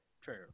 True